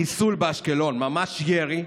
חיסול באשקלון, ממש ירי,